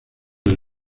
del